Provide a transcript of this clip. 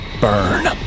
burn